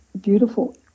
beautiful